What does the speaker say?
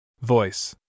Voice